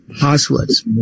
passwords